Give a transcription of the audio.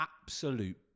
absolute